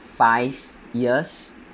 five years